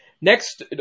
Next